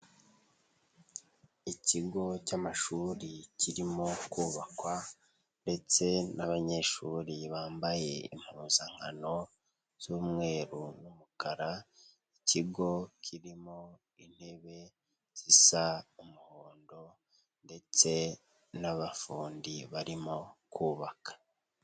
Ikigo cy'amashuri kirimo kubakwa ndetse n'abanyeshuri bambaye impuzankano z'umweru n'umukara, ikigo kirimo intebe zisa umuhondo ndetse n'abafundi barimo kubaka.